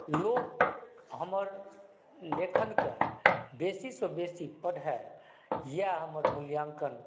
लोक हमर लेखनकऽ बेसीसंँ बेसी पढ़ए इएह हमर मूल्याङ्कन